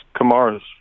Kamara's